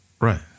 Right